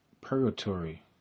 Purgatory